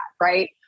Right